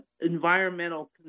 environmental